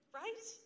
right